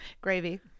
Gravy